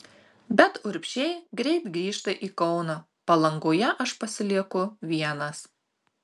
bet urbšiai greit grįžta į kauną palangoje aš pasilieku vienas